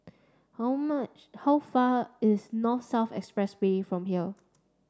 how much how far is North South Expressway from here